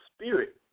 spirit